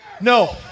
No